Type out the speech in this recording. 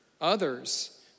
others